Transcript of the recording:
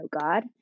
God